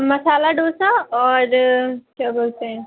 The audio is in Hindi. मसाला डोसा और क्या बोलते हैं